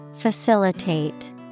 Facilitate